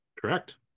correct